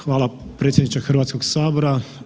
Hvala predsjedniče Hrvatskoga sabora.